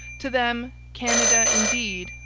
to them canada, indeed,